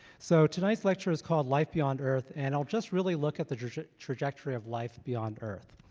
so, tonight's lecture is called life beyond earth, and it'll just really look at the trajectory of life beyond earth,